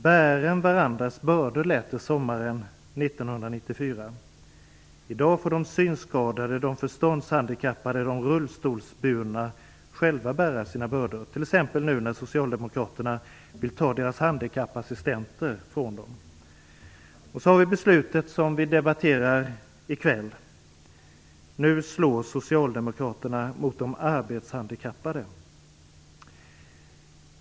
"Bären varandras bördor" sade Socialdemokraterna sommaren 1994. I dag får de synskadade, de förståndshandikappade och de rullstolsburna själva bära sina bördor, t.ex. nu när Socialdemokraterna vill ta deras handikappassistenter från dem. Så har vi förslaget som vi debatterar i kväll. Nu slår Socialdemokraterna mot de arbetshandikappade.